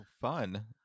Fun